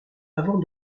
avant